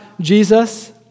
Jesus